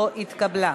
לא התקבלה.